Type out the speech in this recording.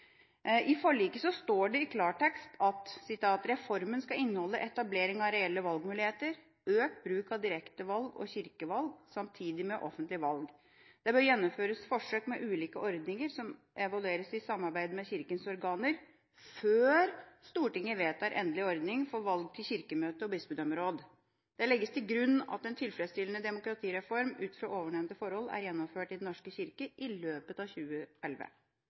I forliket står det i klartekst: «Reformen skal inneholde etablering av reelle valgmuligheter, økt bruk av direktevalg og kirkevalg samtidig med offentlige valg. Det bør gjennomføres forsøk med ulike ordninger som evalueres i samarbeid med kirkens organer, før Stortinget vedtar endelig ordning for valg til Kirkemøtet og Bispedømmeråd. Det legges til grunn at en tilfredsstillende demokratireform ut fra overnevnte forhold, er gjennomført i Den norske kirke i løpet av 2011.»